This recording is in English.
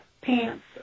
pants